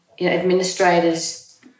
administrators